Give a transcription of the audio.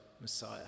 Messiah